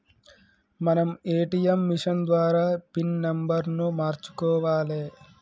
మనం ATM machine ద్వారా pin నెంబర్ను మార్చుకోవాలే